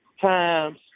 times